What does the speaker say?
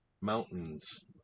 mountains